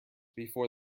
before